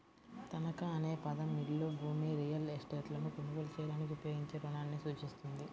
తనఖా అనే పదం ఇల్లు, భూమి, రియల్ ఎస్టేట్లను కొనుగోలు చేయడానికి ఉపయోగించే రుణాన్ని సూచిస్తుంది